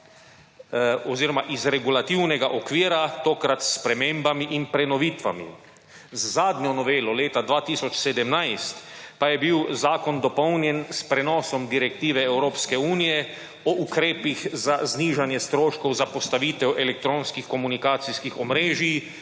oziroma iz regulativnega okvira, tokrat s spremembami in prenovitvami. Z zadnjo novelo leta 2017 pa je bil zakon dopolnjen s prenosom direktive Evropske unije o ukrepih za znižanje stroškov za postavitev elektronskih komunikacijskih omrežij